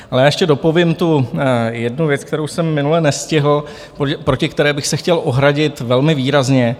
Ale já ještě dopovím jednu věc, kterou jsem minule nestihl, proti které bych se chtěl ohradit velmi výrazně.